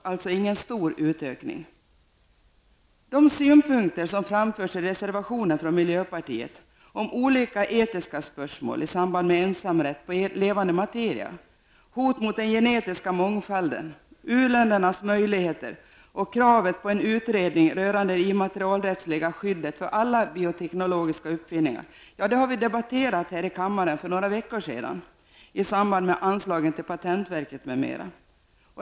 Det är således inte fråga om någon stor utökning. De synpunkter som framförs i reservationer från miljöpartiet om olika etiska spörsmål i samband med ensamrätt på levande materia, hot mot den genetiska mångfalden, u-ländernas möjligheter och kravet på en utredning rörande det immaterialrättsliga skyddet för alla bioteknologiska uppfinningar har vi debatterat här i kammaren för några veckor sedan i samband med debatten om anslagen till patentverket m.m.